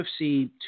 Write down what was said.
UFC